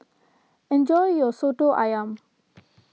enjoy your Soto Ayam